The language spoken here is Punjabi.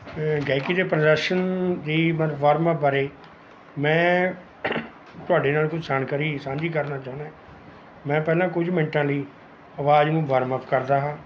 ਗਾਇਕੀ ਦੇ ਪ੍ਰਦਰਸ਼ਨ ਦੀ ਮ ਵਾਰਮਅਪ ਬਾਰੇ ਮੈਂ ਤੁਹਾਡੇ ਨਾਲ ਕੋਈ ਜਾਣਕਾਰੀ ਸਾਂਝੀ ਕਰਨਾ ਚਾਹੁੰਦਾ ਮੈਂ ਪਹਿਲਾਂ ਕੁਝ ਮਿੰਟਾਂ ਲਈ ਆਵਾਜ਼ ਨੂੰ ਵਾਰਮਅਪ ਕਰਦਾ ਹਾਂ